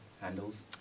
handles